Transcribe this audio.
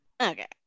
Okay